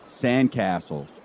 Sandcastles